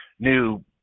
new